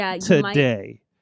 today